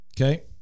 okay